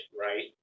right